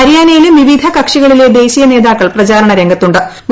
ഹരിയാനയിലും വിവിധ കക്ഷികളിലെ ദേശീയ നേതാക്കൾ പ്രചാരണരംഗത്തൂ ്